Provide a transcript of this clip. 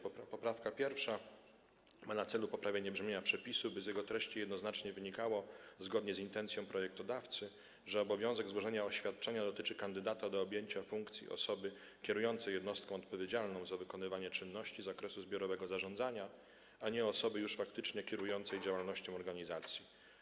Poprawka pierwsza ma na celu poprawienie brzmienia przepisu, by z jego treści jednoznacznie wynikało, zgodnie z intencją projektodawcy, że obowiązek złożenia oświadczenia dotyczy kandydata do objęcia funkcji osoby kierującej jednostką odpowiedzialną za wykonywanie czynności z zakresu zbiorowego zarządzania, a nie osoby już faktycznie kierującej działalnością organizacji.